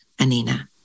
Anina